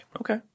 Okay